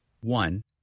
One